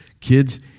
Kids